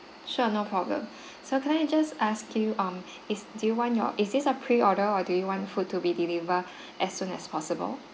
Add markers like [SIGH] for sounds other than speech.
sure no problem [BREATH] so can I just ask you um is do you want your is this a pre order or do you want food to be delivered [BREATH] as soon as possible